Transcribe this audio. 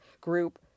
group